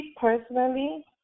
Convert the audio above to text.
personally